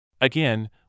Again